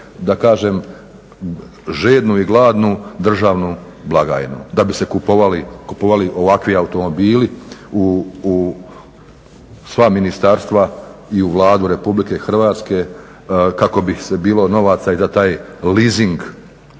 da kažem žednu i gladnu državnu blagajnu da bi se kupovali ovakvi automobili u sva ministarstva i u Vladu Republike Hrvatske kako bi se bilo novaca i za taj leasing. Iako